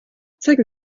zeigen